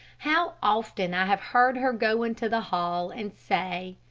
how often i have heard her go into the hall and say,